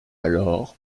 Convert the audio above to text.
alors